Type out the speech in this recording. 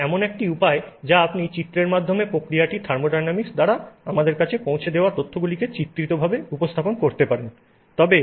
এটি এমন একটি উপায় যা আপনি চিত্রের মাধ্যমে প্রক্রিয়াটির থার্মোডিনামিক্স দ্বারা আমাদের কাছে পৌঁছে দেওয়া তথ্যগুলিকে চিত্রিতভাবে উপস্থাপন করতে পারেন